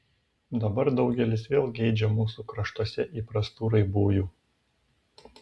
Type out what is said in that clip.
dabar daugelis vėl geidžia mūsų kraštuose įprastų raibųjų